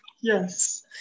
Yes